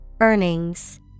Earnings